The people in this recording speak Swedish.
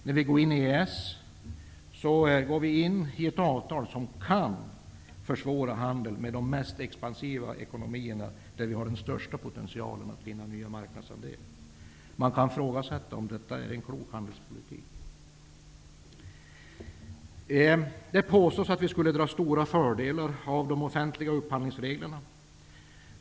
När vi går in i EES omfattas vi av ett avtal som kan försvåra vår handel med de mest expansiva ekonomierna -- länder där har vi har den största potentialen när det gäller att vinna nya marknadsandelar. Är detta en klok handelspolitik? Det påstås att det skulle finnas stora fördelar för oss vad gäller de offentliga upphandlingsreglerna.